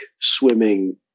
swimming